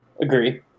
Agree